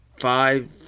five